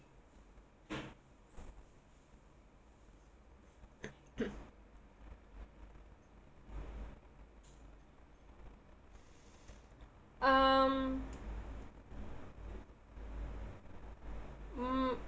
um mm